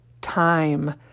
time